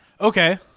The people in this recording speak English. okay